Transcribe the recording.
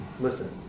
Listen